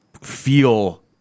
feel